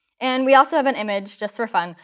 and we also have an image, just for fun,